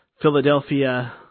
Philadelphia